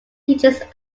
teaches